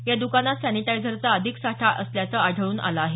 या दुकानात सॅनिटायझरचा अधिक साठा असल्याचं आढळून आलं आहे